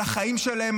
על החיים שלהם,